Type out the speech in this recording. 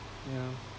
yeah